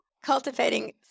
cultivating